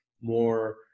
more